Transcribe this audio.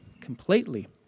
completely